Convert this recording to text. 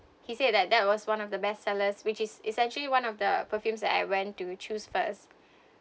he said that that was one of the best sellers which is essentially one of the perfumes that I went to choose first